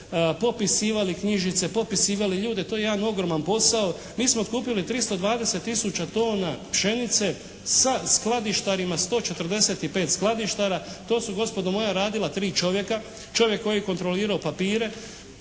popisivali knjižice, popisivali ljude. To je jedan ogroman posao. Mi smo otkupili 320 tisuća tona pšenice sa skladištarima 145 skladištara. To su gospodo moja radila 3 čovjeka. Čovjek koji je kontrolirao papire,